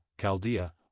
Chaldea